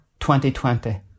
2020